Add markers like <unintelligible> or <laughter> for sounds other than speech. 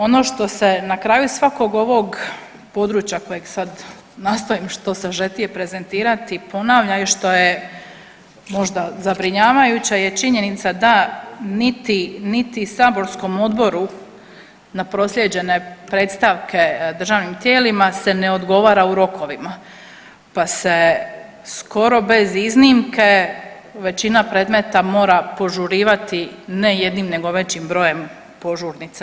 Ono što se na kraju svakog ovog područja kojeg sad nastojim što sažetije prezentirati ... <unintelligible> što je možda zabrinjavajuće je činjenica da niti saborskom odboru na proslijeđene predstavke državnim tijelima se ne odgovara u rokovima pa se skoro bez iznimke većina predmeta mora požurivati ne jednim nego većim brojem požurnica.